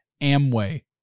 Amway